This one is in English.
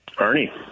Ernie